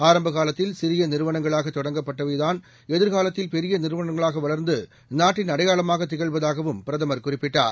ஆரம்பகாலத்தில்சிறியநிறுவனங்களாகதொடங்கப்படு பவைதான்எதிர்காலத்தில்பெரியநிறுவனங்களாகவளர் ந்து நாட்டின்அடையாளமாகதிகழ்வதாகவும்பிரதமர்குறிப்பி ட்டார்